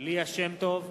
ליה שמטוב,